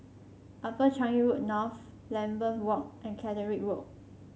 Upper Changi Road North Lambeth Walk and Caterick Road